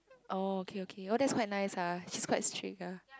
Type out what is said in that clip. oh okay okay oh that's quite nice ah she's quite strict ah